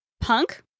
Punk